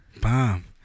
Bomb